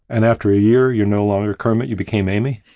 and after a year, you're no longer kermit, you became amy?